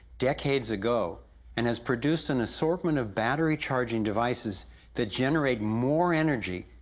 decades ago and has produced and a sortment of battery charging devices that generate more energy,